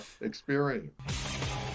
experience